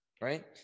right